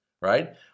right